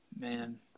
Man